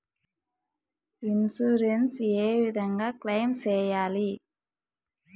Insurance ఏ విధంగా claim సేయాలి?